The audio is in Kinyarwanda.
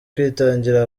kwitangira